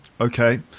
Okay